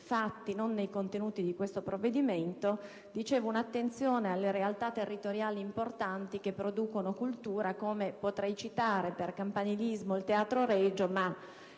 fatti e nei contenuti di questo provvedimento) appunto alle realtà territoriali importanti che producono cultura. Potrei citare, per campanilismo, il Teatro Regio, ma